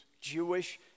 Jewish